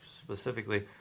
specifically